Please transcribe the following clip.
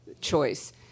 choice